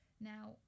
Now